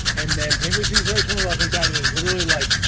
and then people as usual, is looking that is literally like,